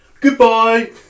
Goodbye